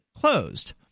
closed